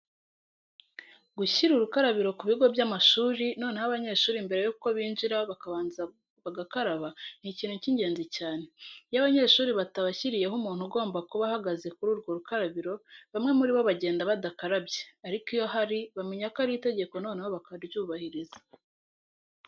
Gushyira urukarabiro ku bigo by'amashuri, noneho abanyeshuri mbere yuko binjira bakanza bagakaraba ni ikintu cy'ingenzi cyane. Iyo abanyeshuri batabashyiriyeho umuntu ugomba kuba ahagaze kuri urwo rukarabiro, bamwe muri bo bagenda badakarabye, ariko iyo ahari bamenya ko ari itegeko noneho bakaryubahiriza.